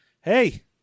hey